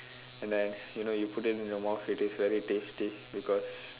and then you know you put it in your mouth it is very tasty because